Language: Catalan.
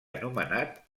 anomenat